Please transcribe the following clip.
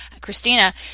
Christina